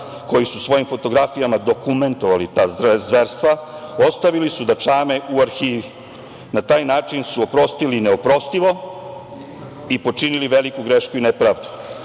koji su svojim fotografijama dokumentovali ta zverstva, ostavili da čame u arhivi. Na taj način su oprostili neoprostivo i počinili veliku grešku i nepravdu. Srbija